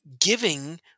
giving